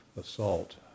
assault